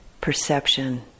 perception